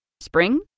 Spring